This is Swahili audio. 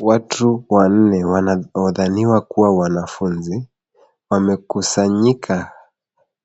Watu wanne wanaodhaniwa kuwa wanafunzi wamekusanyika